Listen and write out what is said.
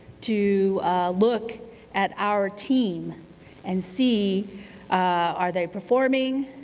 to look at our team and see are they performing,